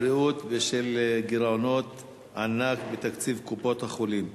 הבריאות בשל גירעונות ענק בתקציב קופות-החולים,